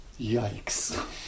Yikes